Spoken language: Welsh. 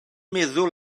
meddwl